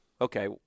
Okay